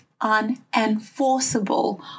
unenforceable